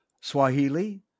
Swahili